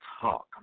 talk